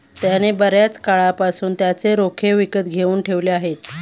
त्याने बर्याच काळापासून त्याचे रोखे विकत घेऊन ठेवले आहेत